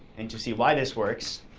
and to see why this works,